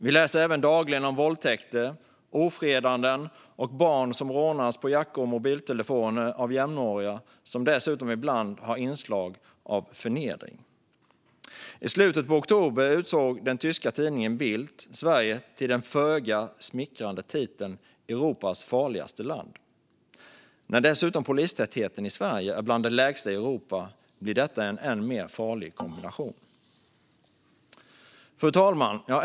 Vi läser även dagligen om våldtäkter, ofredanden och barn som rånas på jackor och mobiltelefoner av jämnåriga. Dessa rån har ibland dessutom inslag av förnedring. I slutet av oktober gavs Sverige den föga smickrande titeln "Europas farligaste land" av den tyska tidningen Bild. Polistätheten i Sverige är dessutom bland de lägsta i Europa. Detta blir en farlig kombination. Fru talman!